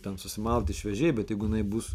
ten susimalti šviežiai bet jeigu jinai bus